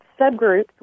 subgroups